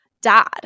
dad